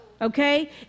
okay